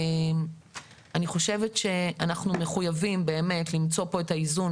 אני חושבת שאנחנו מחויבים למצוא כאן את האיזון.